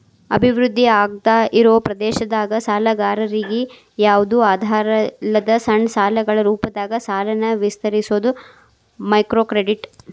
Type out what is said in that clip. ಅಭಿವೃದ್ಧಿ ಆಗ್ದಾಇರೋ ಪ್ರದೇಶದಾಗ ಸಾಲಗಾರರಿಗಿ ಯಾವ್ದು ಆಧಾರಿಲ್ಲದ ಸಣ್ಣ ಸಾಲಗಳ ರೂಪದಾಗ ಸಾಲನ ವಿಸ್ತರಿಸೋದ ಮೈಕ್ರೋಕ್ರೆಡಿಟ್